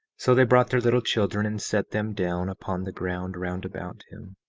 so they brought their little children and set them down upon the ground round about him,